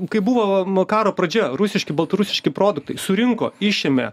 kai buvo karo pradžia rusiški baltarusiški produktai surinko išėmė